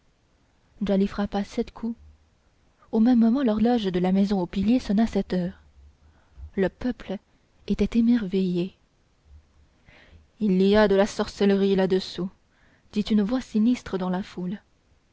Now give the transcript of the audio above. djali frappa sept coups au même moment l'horloge de la maison aux piliers sonna sept heures le peuple était émerveillé il y a de la sorcellerie là-dessous dit une voix sinistre dans la foule